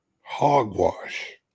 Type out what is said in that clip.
hogwash